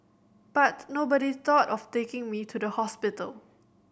but nobody thought of taking me to the hospital